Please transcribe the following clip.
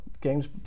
games